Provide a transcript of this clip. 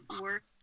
work